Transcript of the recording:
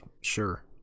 Sure